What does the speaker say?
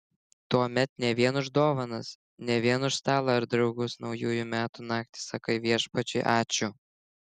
tuomet ne vien už dovanas ne vien už stalą ar draugus naujųjų metų naktį sakai viešpačiui ačiū